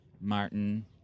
Martin